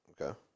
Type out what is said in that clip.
Okay